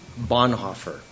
Bonhoeffer